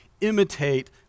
imitate